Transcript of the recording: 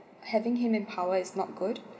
having him in power is not good